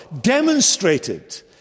demonstrated